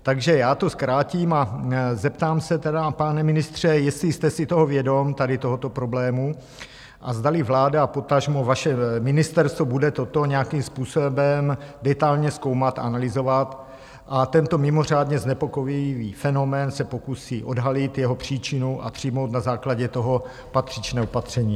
Takže já to zkrátím a zeptám se tedy, pane ministře, jestli jste si toho vědom, tady tohoto problému, a zdali vláda, potažmo vaše ministerstvo, bude toto nějakým způsobem detailně zkoumat, analyzovat a tento mimořádně znepokojivý fenomén se pokusí odhalit, jeho příčinu, a přijmout na základě toho patřičné opatření.